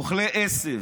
אוכלי עשב.